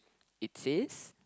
it says